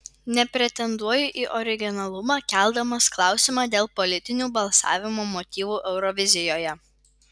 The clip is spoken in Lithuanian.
nepretenduoju į originalumą keldamas klausimą dėl politinių balsavimo motyvų eurovizijoje